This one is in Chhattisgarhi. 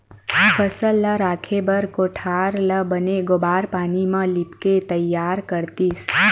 फसल ल राखे बर कोठार ल बने गोबार पानी म लिपके तइयार करतिस